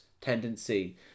tendency